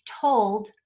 told